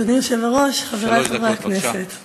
אדוני היושב-ראש, חברי חברי הכנסת, שלוש דקות.